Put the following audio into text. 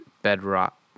Bedrock